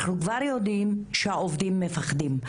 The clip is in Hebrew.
אנחנו כבר יודעים שהעובדים מפחדים.